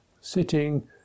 Sitting